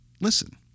listen